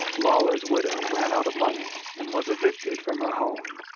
lawlor's widow ran out of money, and was evicted from her home,